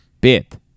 bit